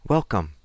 Welcome